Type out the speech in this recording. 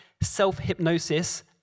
self-hypnosis